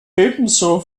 ebenso